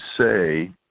say